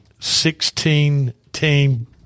16-team